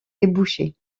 débouchés